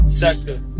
sector